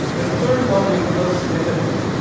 the third one was the most significant,